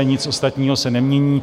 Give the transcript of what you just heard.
Nic ostatního se nemění.